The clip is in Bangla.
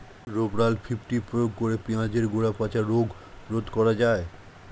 রোভরাল ফিফটি প্রয়োগ করে পেঁয়াজের গোড়া পচা রোগ রোধ করা যায়?